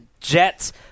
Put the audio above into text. Jets